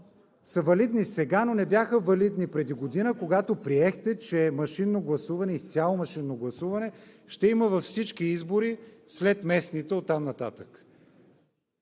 са валидни сега, но не бяха валидни преди година, когато приехте, че изцяло машинно гласуване ще има във всички избори след местните оттам нататък?